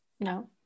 No